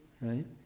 right